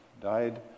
died